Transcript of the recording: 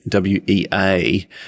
WEA